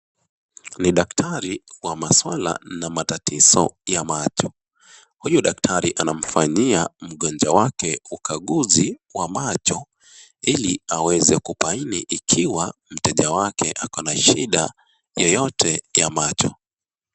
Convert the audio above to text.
Ni daktari wa masuala na matatizo ya macho. Huyu daktari anamfanyia mgonjwa wake ukaguzi wa macho ili aweze kubaini ikiwa mteja wake akona shida yoyote ya macho.